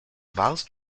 warst